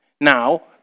Now